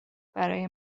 برای